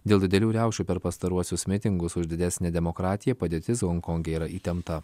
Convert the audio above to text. dėl didelių riaušių per pastaruosius mitingus už didesnę demokratiją padėtis honkonge yra įtempta